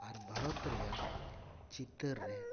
ᱟᱨ ᱵᱷᱟᱨᱚᱛ ᱨᱮᱭᱟᱜ ᱪᱤᱛᱟᱨ ᱨᱮ